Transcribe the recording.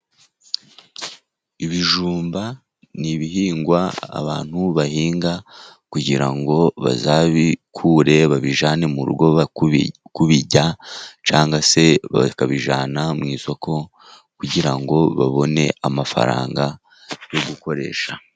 Ibijumba ni ibihingwa abantu bahinga kugira ngo bazabikure, babijyane mu rugo kubirya cyangwa se bakabijyana mu isoko kugira ngo babone amafaranga yo gukoresha.